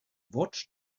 watched